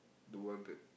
the one that